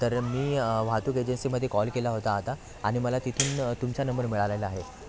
तर मी वाहतूक एजन्सीमध्ये कॉल केला होता आता आणि मला तिथून तुमचा नंबर मिळालेला आहे